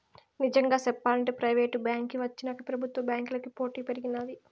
నిజంగా సెప్పాలంటే ప్రైవేటు బాంకీ వచ్చినాక పెబుత్వ బాంకీలకి పోటీ పెరిగినాది